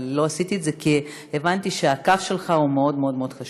אבל לא עשיתי את זה כי הבנתי שהקו שלך הוא מאוד מאוד מאוד חשוב.